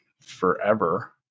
forever